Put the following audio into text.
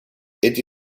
эти